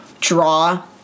draw